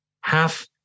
half